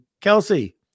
Kelsey